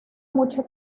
mucho